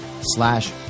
slash